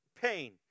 pain